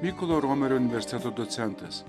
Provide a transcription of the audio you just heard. mykolo romerio universiteto docentas